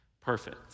perfect